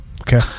okay